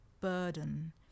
burden